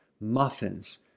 muffins